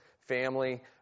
family